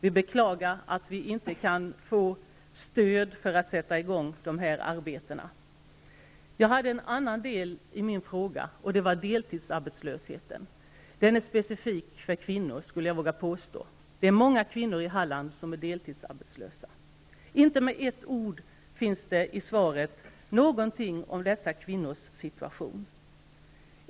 Vi beklagar att vi inte kan få stöd för att sätta i gång dessa arbeten. En del av min fråga berörde deltidsarbetslösheten. Den är specifik för kvinnor, vågar jag påstå. Många kvinnor i Halland är deltidsarbetslösa. Det finns inte ett ord i svaret om dessa kvinnors situation.